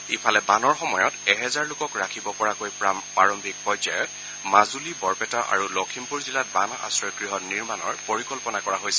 ইফালে বানৰ সময়ত এহেজাৰ লোকক ৰাখিব পৰাকৈ প্ৰাৰম্ভিক পৰ্যায়ত মাজলী বৰপেটা আৰু লখিমপুৰ জিলাত বান আশ্ৰয়গ্যহ নিৰ্মাণৰ পৰিকল্পনা কৰা হৈছে